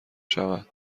شود